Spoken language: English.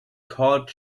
called